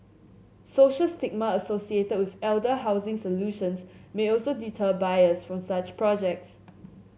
social stigma associated with elder housing solutions may also deter buyers from such projects